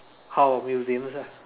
how museums ah